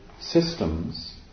systems